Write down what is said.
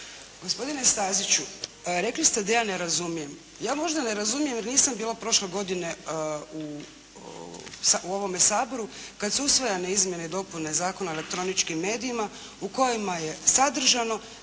Gospodine Staziću rekli ste da ja ne razumijem. Ja možda ne razumijem jer nisam bila prošle godine u ovome Saboru kada su usvajane izmjene i dopune Zakona o elektroničkim medijima u kojima je sadržano